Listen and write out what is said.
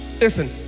Listen